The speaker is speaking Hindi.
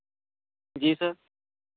जी सर